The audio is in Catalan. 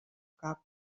cap